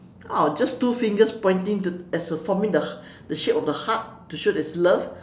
oh just two fingers pointing to as a forming the the shape of the heart to show that it's love